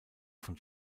von